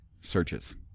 searches